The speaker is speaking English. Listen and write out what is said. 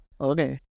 okay